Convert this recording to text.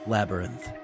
Labyrinth